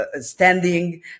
standing